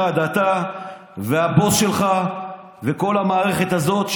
אתה והבוס שלך וכל המערכת הזאת,